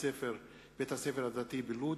בית-הספר הדתי בלוד,